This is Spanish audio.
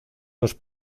los